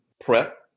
prep